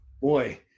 boy